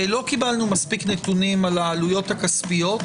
לא קיבלנו מספיק נתונים על העלויות הכספיות.